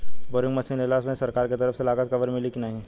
Boring machine लेला मे सरकार के तरफ से लागत कवर मिली की नाही?